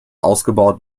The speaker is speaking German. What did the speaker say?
ausgebaut